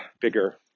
bigger